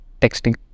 Texting